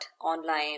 online